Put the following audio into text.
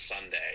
Sunday